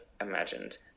imagined